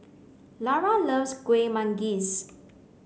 Larae loves Kuih Manggis